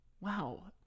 Wow